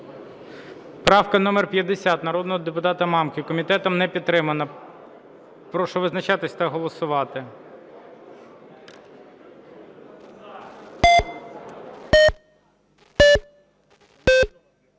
Правка номер 50 народного депутата Мамки. Комітетом не підтримана. Прошу визначатися та голосувати.